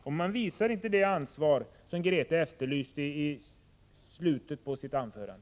Regeringen visar inte det ansvar som Grethe Lundblad efterlyste i slutet av sitt anförande.